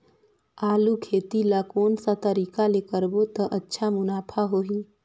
आलू खेती ला कोन सा तरीका ले करबो त अच्छा मुनाफा होही?